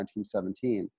1917